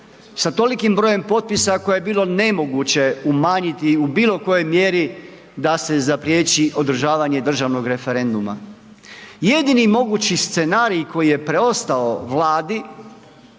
sa tolikim brojem potpisa koje je bilo nemoguće umanjiti u bilo kojoj mjeri da se zapriječi održavanje državnog referenduma. Jedini mogući scenarij koji je preostao Vladi,